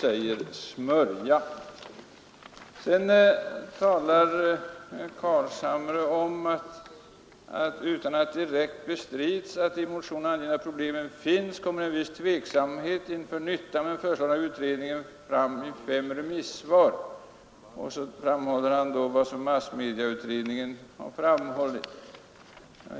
Sedan tog herr Carlshamre upp utskottets ingress till referatet av bl.a. massmedieutredningens yttrande: ”Utan att det direkt bestrids att de i motionen angivna problemen finns kommer en viss tveksamhet inför nyttan med den föreslagna utredningen fram i fem remissvar.” Herr Carlshamre menar att den formuleringen inte överensstämmer med vad massmedieutredningen framhållit.